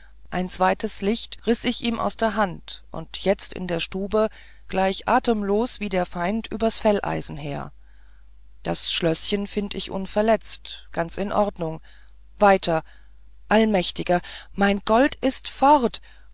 ein zweites licht reiß ich ihm aus der hand und jetzt in der stube gleich atemlos wie der feind übers felleisen her das schlößchen find ich unverletzt ganz in der ordnung weiter allmächtiger mein gold ist fort